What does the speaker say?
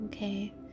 Okay